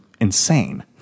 insane